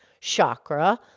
chakra